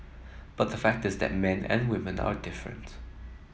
but the fact is that men and women are different